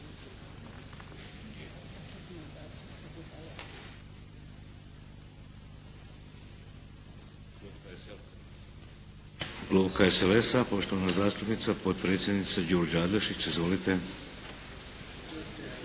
Klub HSLS-a, poštovana zastupnica potpredsjednica Đurđa Adlešić. Izvolite.